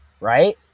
Right